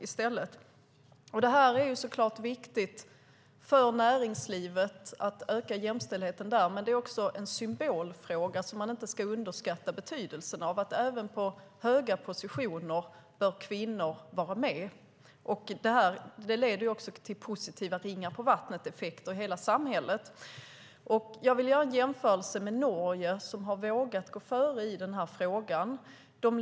Det är såklart viktigt för näringslivet att jämställdheten ökar där, men det är också en symbolfråga som man inte ska underskatta betydelsen av att kvinnor bör vara med även på höga positioner. Det ger också positiva ringar-på-vattnet-effekter i hela samhället. Jag vill göra en jämförelse med Norge, som har vågat gå före i den här frågan.